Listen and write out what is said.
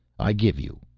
i'll give you.